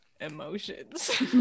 emotions